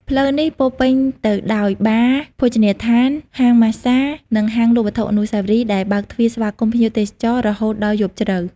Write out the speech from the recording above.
ផ្លូវនេះពោរពេញទៅដោយបារ ភោជនីយដ្ឋាន ហាងម៉ាស្សា និងហាងលក់វត្ថុអនុស្សាវរីយ៍ ដែលបើកទ្វារស្វាគមន៍ភ្ញៀវទេសចររហូតដល់យប់ជ្រៅ។